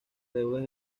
deudas